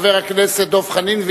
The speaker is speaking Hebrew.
חבר הכנסת דב חנין,